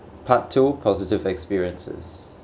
part two positive experiences